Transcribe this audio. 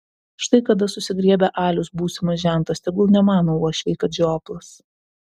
štai kada susigriebia alius būsimas žentas tegul nemano uošviai kad žioplas